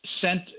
sent